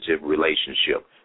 relationship